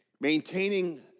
maintaining